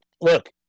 look